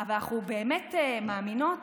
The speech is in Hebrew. אבל אנחנו באמת מאמינות